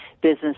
business